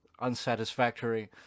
unsatisfactory